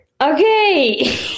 Okay